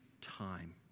time